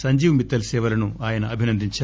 సంజీవ్ మిత్తల్ సేవలను ఆయన అభినందించారు